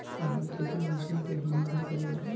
इहवा खेती मानसून पअ ही निर्भर करेला